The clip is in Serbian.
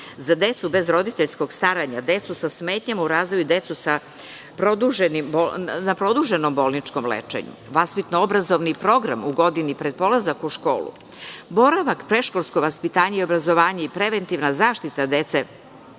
za decu bez roditeljskog staranja, decu sa smetnjama u razvoju, decu na produženom bolničkom lečenju, vaspitno obrazovni program u godini pred polazak u školu, boravak i predškolsko vaspitanje i obrazovanje i preventivna zaštita dece